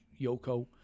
Yoko